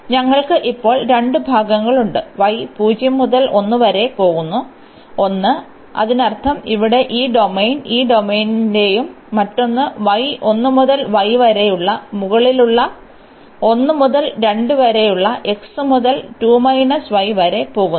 അതിനാൽ ഞങ്ങൾക്ക് ഇപ്പോൾ രണ്ട് ഭാഗങ്ങളുണ്ട് y 0 മുതൽ 1 വരെ പോകുന്ന ഒന്ന് അതിനർത്ഥം ഇവിടെ ഈ ഡൊമെയ്ൻ ഈ ഡൊമെയ്നും മറ്റൊന്ന് y 1 മുതൽ y വരെയുള്ള മുകളിലെ ഒന്ന് 1 മുതൽ 2 വരെയും x 0 മുതൽ വരെ പോകുന്നു